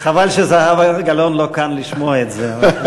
חבל שזהבה גלאון לא כאן לשמוע את זה.